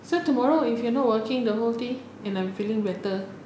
so tomorrow if you are not working the whole day and I'm feeling better